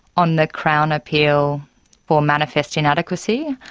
on the crown appeal for manifest inadequacy,